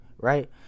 right